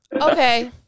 Okay